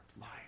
life